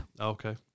Okay